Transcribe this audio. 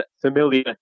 Familiar